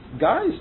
guys